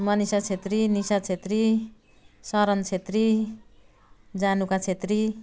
Manisha Chhetri Nisha Chhetri Sharan Chhetri Januka Chhetri